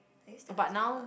I used to like it lah